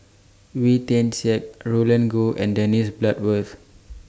Wee Tian Siak Roland Goh and Dennis Bloodworth